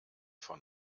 von